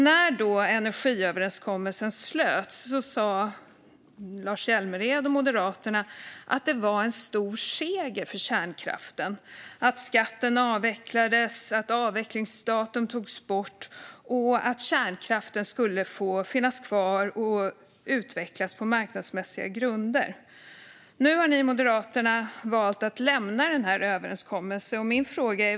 När energiöverenskommelsen slöts sa du och Moderaterna att det var en stor seger för kärnkraften att skatten avvecklades, att avvecklingsdatum togs bort och att kärnkraften skulle få finnas kvar och utvecklas på marknadsmässiga grunder. Nu har Moderaterna valt att lämna överenskommelsen.